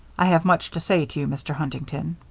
i have much to say to you, mr. huntington.